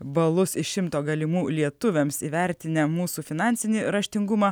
balus iš šimto galimų lietuviams įvertinę mūsų finansinį raštingumą